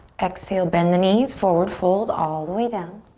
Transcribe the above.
exhale, bend the knees, forward fold all the way down.